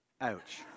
Ouch